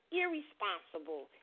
irresponsible